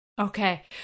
Okay